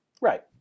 Right